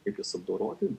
kaip jas apdoroti